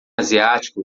asiático